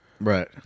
Right